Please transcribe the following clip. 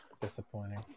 Disappointing